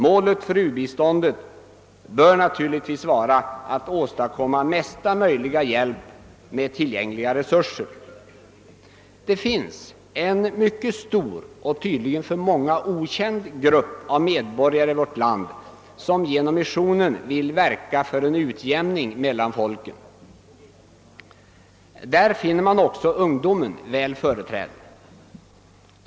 Målet för u-biståndet bör na turligtvis vara att åstadkomma mesta möjliga hjälp med tillgängliga resurser. Det finns en mycket stor och tydligen för många okänd grupp av medborgare i vårt land, som genom missionen vill verka för en utjämning mellan folken. Där finner man också ungdomen väl företrädd.